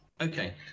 Okay